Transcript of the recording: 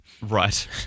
Right